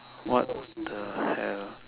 what the hell